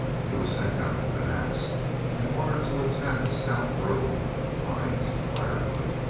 he was sent out with an ax and ordered to attack a stout grove of the pines for firewood.